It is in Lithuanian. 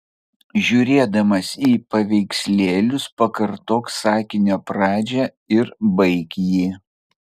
žiūrėdamas į paveikslėlius pakartok sakinio pradžią ir baik jį